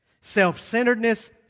Self-centeredness